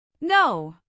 No